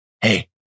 hey